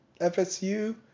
FSU